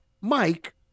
Mike